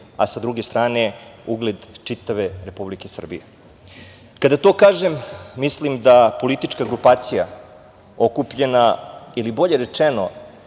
a sa druge strane ugled čitave Republike Srbije. Kada to kažem, mislim da politička grupacija okupljena ili bolje rečeno